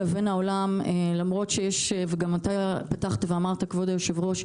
פתחת ואמרת כבוד היושב-ראש,